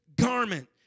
garment